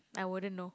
I wouldn't know